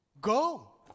Go